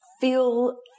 Feel